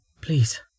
please